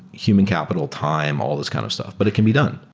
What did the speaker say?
human capital time, all these kind of stuff, but it can be done.